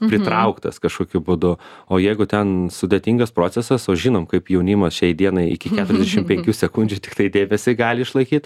pritrauktas kažkokiu būdu o jeigu ten sudėtingas procesas o žinom kaip jaunimas šiai dienai iki keturiadešim penkių sekundžių tiktai dėmesį gali išlaikyt